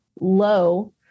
low